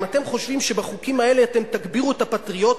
אם אתם חושבים שבחוקים האלה אתם תגבירו את הפטריוטיות,